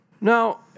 Now